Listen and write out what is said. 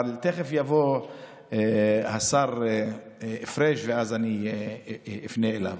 אבל תכף יבוא השר פריג' ואז אני אפנה אליו.